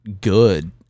good